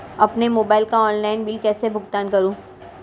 अपने मोबाइल का online bill कैसे भुगतान करूं?